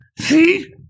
See